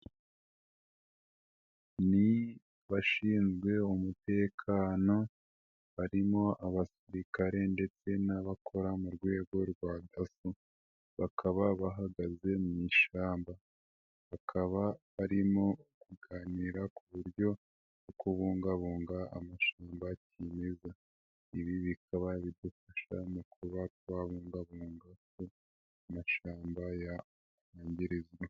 Ni abashinzwe umutekano barimo abasirikare ndetse n'abakora mu rwego rwa dasso bakaba bahagaze mu ishyamba, bakaba barimo kuganira ku buryo bwo kubungabunga amashamba kimeza. Ibi bikaba bidufasha mu kuba kubungabunga ku mashyamba atangirika.